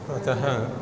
अतः